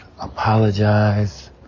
apologize